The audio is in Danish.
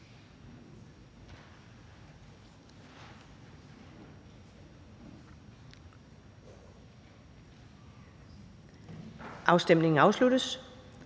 Afstemningen afsluttes.